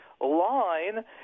line